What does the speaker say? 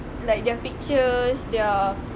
like their pictures their